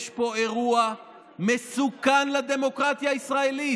יש פה אירוע מסוכן לדמוקרטיה הישראלית,